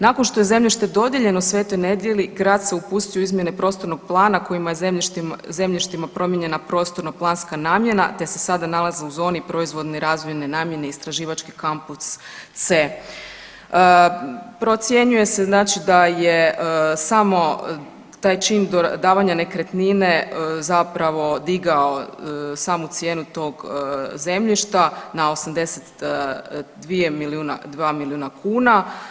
Nakon što je zemljište dodijeljeno Sv. Nedelji grad se upustio u izmjene prostornog plana kojima je zemljištima promijenjena prostorno planska namjena te se sada nalaze u zoni proizvodne i razvojne namjene istraživački kampus C. Procjenjuje se da je samo taj čin davanja nekretnine zapravo digao samu cijenu tog zemljišta na 82 milijuna kuna.